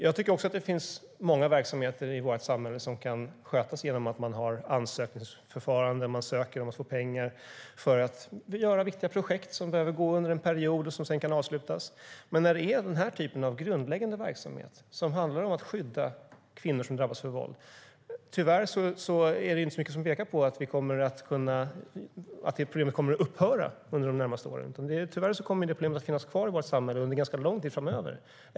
Jag tycker också att det finns många verksamheter i vårt samhälle som kan skötas genom ansökningsförfaranden. Man ansöker om att få pengar för att göra viktiga projekt som drivs under en period och sedan kan avslutas. Men här är det fråga om grundläggande verksamhet som handlar om att skydda kvinnor som drabbas av våld. Tyvärr är det inte så mycket som pekar på att det problemet skulle upphöra under de närmaste åren. Tyvärr kommer det problemet att finnas kvar i vårt samhälle under ganska lång tid framöver.